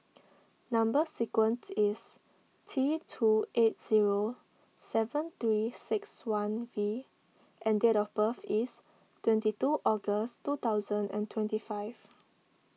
Number Sequence is T two eight zero seven three six one V and date of birth is twenty two August two thousand and twenty five